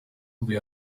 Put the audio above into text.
sylvie